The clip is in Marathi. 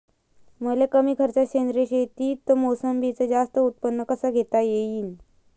मले कमी खर्चात सेंद्रीय शेतीत मोसंबीचं जास्त उत्पन्न कस घेता येईन?